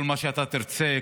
כל מה שאתה תרצה,